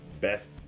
best